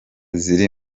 ziri